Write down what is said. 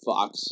Fox